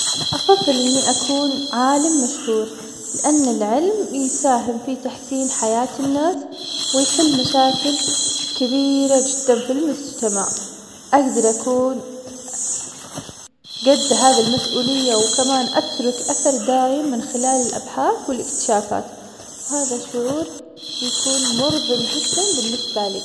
أفضل إني أكون فنان كوميدي, لأن الضحك يجمع الناس ويجعر- ويشعر- ويجعلهم يشعرون بالسعادة, وكمان أقدر استخدم الفكاهة لتخفيف التوتر, وأنشر الفرح, وهذا شي مهم في حياة الناس, وبيجعلك هذا الشي محبوب أكثر سواء في أهلك, أو اصدقائك.